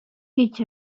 each